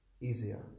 easier